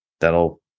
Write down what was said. that'll